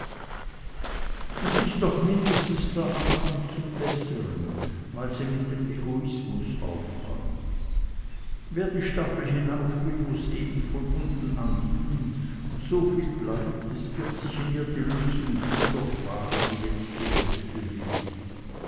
und ist doch mindestens der anfang zum bessern weil sie mit dem egoismus aufräumt wer die staffel hinauf will muß eben von unten an dienen und soviel bleibt es birgt sich in ihr die lösung jeder frage die jetzt die welt bewegt